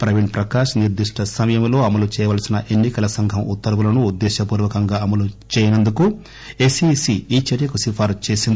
ప్రవీణ్ ప్రకాష్ నిర్దిష్ట సమయంలో అమలు చేయవలసిన ఎన్నికల సంఘం ఉత్తర్వులను ఉద్దేశ్యపూర్వకంగా అమలు చేయనందుకు ఎస్ ఇ సి ఈ చర్యకు సిఫార్పు చేసింది